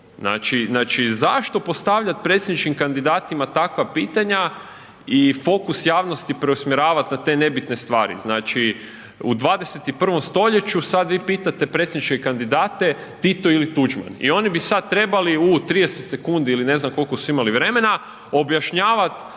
Znači zašto postavljat predsjedničkim kandidatima takva pitanja i fokus javnosti preusmjeravati na te nebitne stvari, znači u 21. st. sad vi pitate predsjedničke kandidate Tito ili Tuđman i oni bi sad trebali u 30 sekundi ili ne znam koliko su imali vremena, objašnjavati